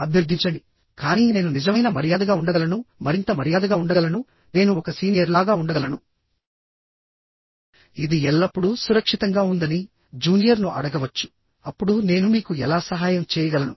అభ్యర్థించండి కానీ నేను నిజమైన మర్యాదగా ఉండగలను మరింత మర్యాదగా ఉండగలను నేను ఒక సీనియర్ లాగా ఉండగలను ఇది ఎల్లప్పుడూ సురక్షితంగా ఉందని జూనియర్ను అడగవచ్చుఅప్పుడు నేను మీకు ఎలా సహాయం చేయగలను